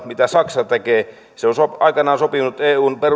mitä saksa tekee se on aikanaan sopinut eun